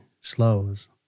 slows